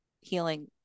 healing